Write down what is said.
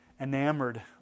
enamored